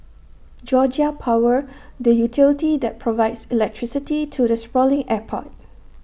Georgia power the utility that provides electricity to the sprawling airport